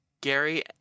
Gary